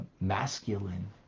masculine